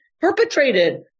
perpetrated